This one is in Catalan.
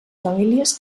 famílies